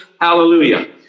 Hallelujah